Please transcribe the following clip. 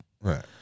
Right